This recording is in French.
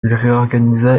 réorganisa